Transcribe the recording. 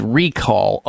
recall